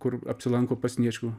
kur apsilanko pas sniečkų